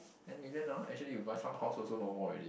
ten million hor actually you buy some house also no more already